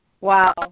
Wow